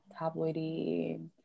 tabloidy